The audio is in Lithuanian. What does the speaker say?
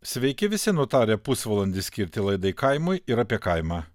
sveiki visi nutarę pusvalandį skirti laidai kaimui ir apie kaimą